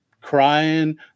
crying